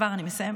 כבר אני מסיימת.